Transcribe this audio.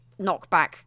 knockback